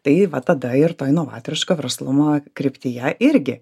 tai va tada ir to inovatoriško verslumo kryptyje irgi